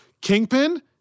Kingpin